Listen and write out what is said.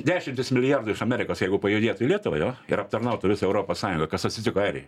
dešimtys milijardų iš amerikos jeigu pajudėtų į lietuvą jo ir aptarnautų visą europos sąjungą kas atsitiko airijai